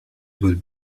would